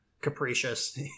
capricious